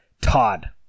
todd